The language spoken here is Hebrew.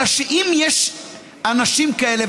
אלא שאם יש אנשים כאלה,